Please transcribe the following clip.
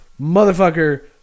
motherfucker